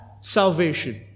Salvation